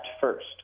first